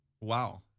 Wow